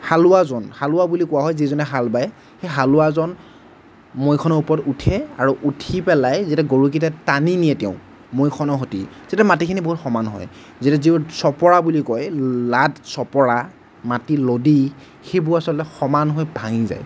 হালোৱাজন হালোৱা বুলি কোৱা হয় যিজনে হাল বায় সেই হালুৱাজন মৈখনৰ ওপৰত উঠে আৰু উঠি পেলাই যেতিয়া গৰুকেইটাই টানি নিয়ে তেওঁক মৈখনৰ সৈতে তেতিয়া মাটিখিনি বহুত সমান হয় যিহেতু যিটো চপৰা বুলি কয় লাড চপৰা মাটিৰ লডি সেইবোৰ আচলতে সমান হৈ ভাঙি যায়